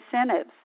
incentives